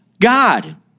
God